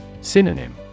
Synonym